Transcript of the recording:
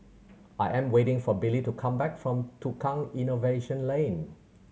I am waiting for Billy to come back from Tukang Innovation Lane